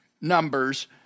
Numbers